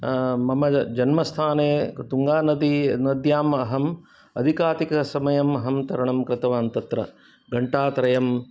आ मम जन्मस्थाने तुङ्गानदी नद्याम् अहम् अधिकाधिकसमयम् अहं तरणं कृतवान् तत्र घण्टात्रयं